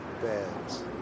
beds